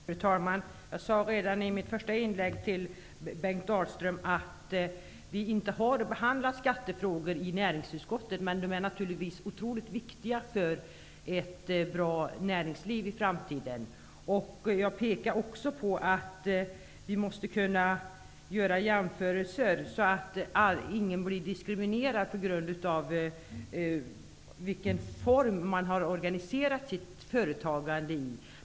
Fru talman! Jag sade redan i mitt första inlägg till Bengt Dalström att vi inte har behandlat skattefrågor i näringsutskottet, men de är naturligtvis otroligt viktiga för ett bra näringsliv i framtiden. Jag pekade också på att vi måste kunna göra jämförelser, så att ingen blir diskriminerad på grund av den form som han har organiserat sitt företagande i.